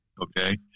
Okay